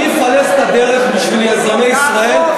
אני אפלס את הדרך בשביל יזמי ישראל,